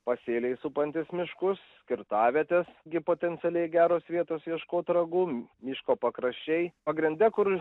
pasėliai supantys miškus kirtavietės gi potencialiai geros vietos ieškot ragų miško pakraščiai pagrinde kur